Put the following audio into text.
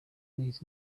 needs